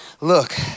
look